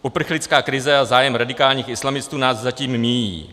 Uprchlická krize a zájem radikálních islamistů nás zatím míjí.